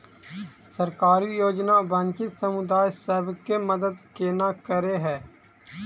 सरकारी योजना वंचित समुदाय सब केँ मदद केना करे है?